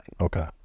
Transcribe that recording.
Okay